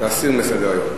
להסיר מסדר-היום.